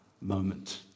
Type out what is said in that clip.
moment